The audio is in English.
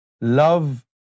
love